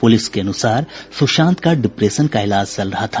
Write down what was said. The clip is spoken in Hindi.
पुलिस के अनुसार सुशांत का डिप्रेशन का इलाज चल रहा था